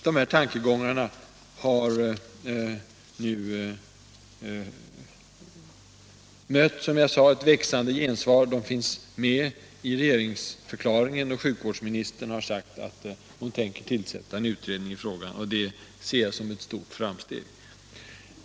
Dessa tankegångar har nu mött ett växande gensvar. De finns också med i regeringsförklaringen, och sjukvårdsministern har sagt att hon tänker tillsätta en utredning i frågan. Det ser jag som ett framsteg.